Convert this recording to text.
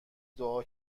دعا